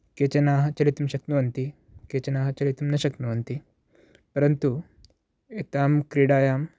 केचनाः चलितुं शक्नुवन्ति केचनाः चलितुं न शक्नुवन्ति परन्तु अस्यां क्रीडायां